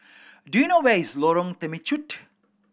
do you know where is Lorong Temechut